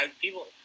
people